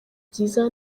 byiza